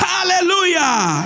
Hallelujah